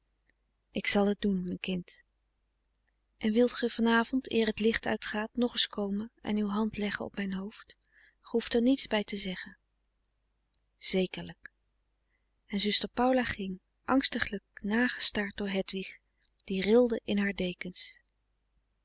ik zal t doen mijn kind en wilt ge van avond eer t licht uitgaat nog eens komen en uw hand leggen op mijn hoofd ge hoeft er niets bij te zeggen zekerlijk en zuster paula ging angstiglijk nagestaard door hedwig die rilde in haar dekens